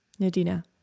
Nadina